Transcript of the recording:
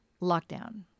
Lockdown